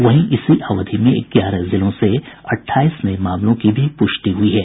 वहीं इसी अवधि में ग्यारह जिलों से अट्ठाईस नये मामलों की भी प्रष्टि हुई है